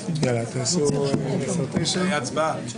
להתקבל ברוב של 50 במליאה.